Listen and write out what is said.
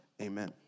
amen